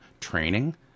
training